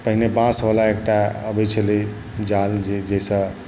पहिने बाँसवला एकटा अबै छलै जाल जाहिसँ